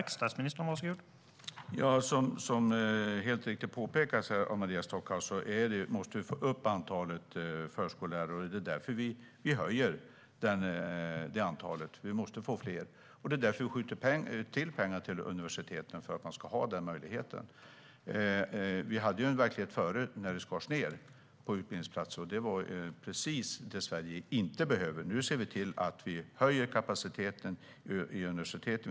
Herr talman! Som Maria Stockhaus mycket riktigt påpekar måste vi få upp antalet förskollärare. Det är därför vi höjer det antalet. Vi måste få fler. Vi skjuter till pengar till universiteten för att de ska ha den möjligheten. Tidigare skars antalet utbildningsplatser ned. Det var precis vad Sverige inte behövde. Nu ser vi till att höja kapaciteten vid universiteten.